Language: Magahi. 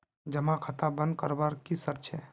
जमा खाता बन करवार की शर्त छे?